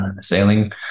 sailing